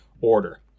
order